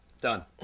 done